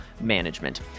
management